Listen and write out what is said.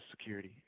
security